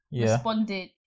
responded